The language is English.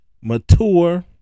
mature